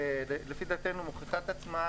שלפי דעתנו מוכיחה את עצמה,